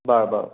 বাৰু বাৰু